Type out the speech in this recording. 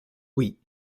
oui